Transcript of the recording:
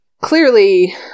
clearly